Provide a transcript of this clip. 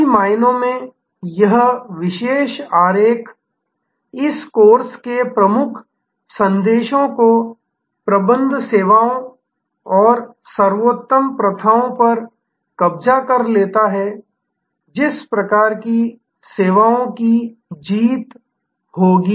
कई मायनों में यह विशेष आरेख इस कोर्स के प्रमुख संदेशों को प्रबंधन सेवाओं और सर्वोत्तम प्रथाओं पर कब्जा कर लेता है जिस प्रकार की सेवाओं की जीत होगी